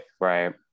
right